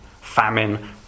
famine